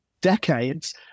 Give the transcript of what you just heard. decades